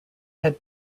had